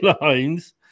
lines